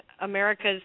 america's